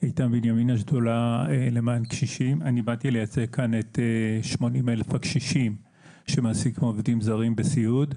אני באתי לייצג כאן את 80,000 הקשישים שמעסיקים עובדים זרים בסיעוד.